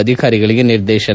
ಅಧಿಕಾರಿಗಳಿಗೆ ನಿರ್ದೇಶನ